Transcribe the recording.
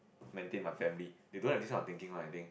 maintain my family they don't have this kind of thinking one I think